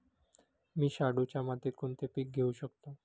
मी शाडूच्या मातीत कोणते पीक घेवू शकतो?